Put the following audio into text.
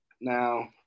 Now